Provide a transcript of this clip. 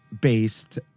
based